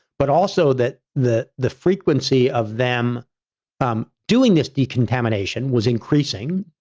but also that the, the frequency of them um doing this decontamination was increasing,